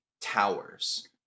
towers